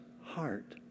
heart